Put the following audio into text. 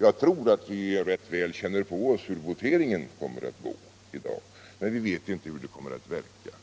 Jag tror att vi rätt väl känner på oss hur voteringen kommer att gå, men vi vet inte hur det kommer att verka.